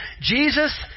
Jesus